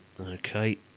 okay